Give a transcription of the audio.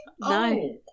No